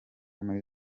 muri